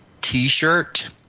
T-shirt